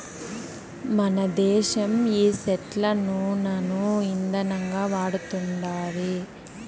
మనదేశం ఈ సెట్ల నూనను ఇందనంగా వాడతండాది